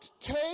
take